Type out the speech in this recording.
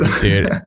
dude